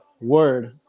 Word